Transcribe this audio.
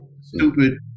stupid